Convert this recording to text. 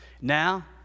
now